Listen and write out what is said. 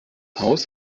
haus